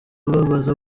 bibaza